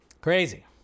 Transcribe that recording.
Crazy